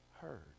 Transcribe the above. heard